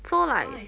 so like